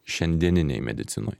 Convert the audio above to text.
šiandieninėj medicinoj